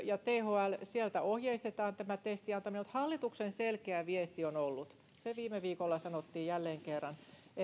ja thlstä ohjeistetaan tämä testien antaminen mutta hallituksen selkeä viesti on ollut se viime viikolla sanottiin jälleen kerran